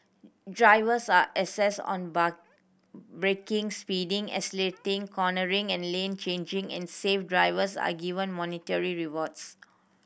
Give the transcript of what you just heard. drivers are assessed on braking speeding accelerating cornering and lane changing and safe drivers are given monetary rewards